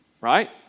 Right